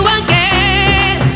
again